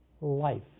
life